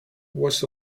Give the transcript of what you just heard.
was